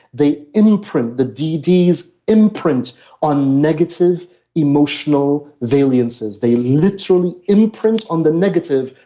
they imprint, the dd's imprint on negative emotional variances, they literally imprint on the negative,